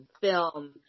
film